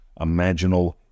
imaginal